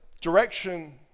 direction